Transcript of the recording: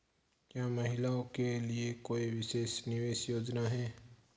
क्या महिलाओं के लिए कोई विशेष निवेश योजना है?